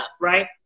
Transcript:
right